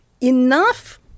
enough